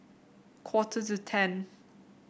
quarter to ten